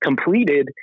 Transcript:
completed